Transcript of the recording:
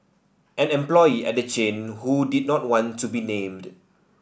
an employee at the chain who did not want to be named